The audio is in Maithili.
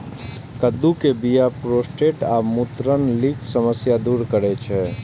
कद्दू के बीया प्रोस्टेट आ मूत्रनलीक समस्या दूर करै छै